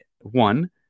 one